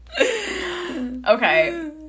Okay